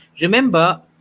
Remember